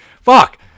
Fuck